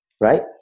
Right